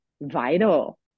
vital